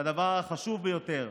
זה הדבר החשוב ביותר.